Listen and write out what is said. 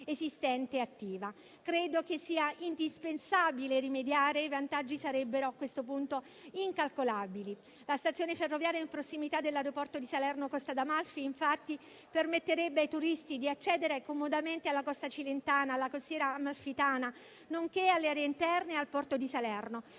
esistente e attiva. Credo che sia indispensabile rimediare; i vantaggi sarebbero a questo punto incalcolabili. La stazione ferroviaria in prossimità dell'aeroporto di Salerno-Costa d'Amalfi, infatti, permetterebbe ai turisti di accedere comodamente alla costa cilentana e alla costiera amalfitana, nonché alle aree interne e al porto di Salerno,